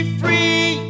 free